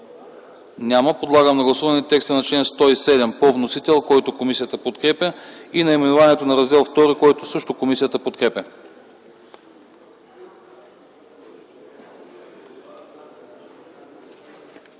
Няма. Подлагам на гласуване текста на чл. 107 по вносител, който комисията подкрепя и наименованието на Раздел ІІ, което също е подкрепено